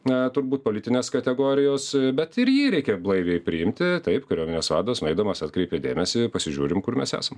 na turbūt politinės kategorijos bet ir jį reikia blaiviai priimti taip kariuomenės vadas nueidamas atkreipė dėmesį pasižiūrim kur mes esam